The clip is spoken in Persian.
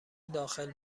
داخل